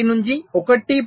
1 నుండి 1